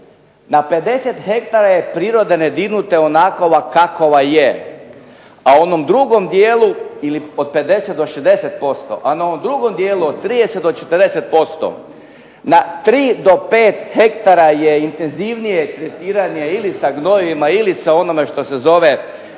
na 50 hektara je priroda nedirnuta je onakova kakova je, a u onom drugom dijelu ili od 50 do 60%, a na ovom drugom dijelu od 30 do 40% na tri do pet hektara je intenzivnije tretiranje ili sa gnojivom ili sa onim što se zove sredstva